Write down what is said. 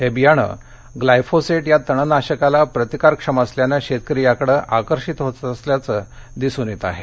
हे बियाणे ग्लायफोसेट या तणनाशकाला प्रतिकारक्षम असल्यानं शेतकरी याकडं आकर्षित होत असल्याचं दिसुन येत आहे